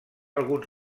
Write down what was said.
alguns